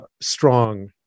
strong